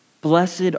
blessed